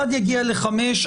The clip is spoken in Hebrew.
אחד יגיע לחמש,